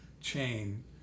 chain